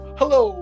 hello